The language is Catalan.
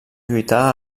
lluità